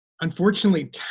unfortunately